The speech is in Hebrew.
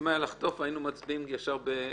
אם זה היה מחטף, היינו מצביעים ישר ב-10:01.